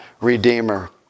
redeemer